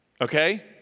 okay